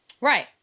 right